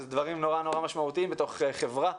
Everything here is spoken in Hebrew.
שאלה דברים נורא נורא משמעותיים בתוך חברה,